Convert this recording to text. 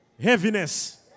heaviness